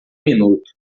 minuto